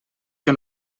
que